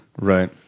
Right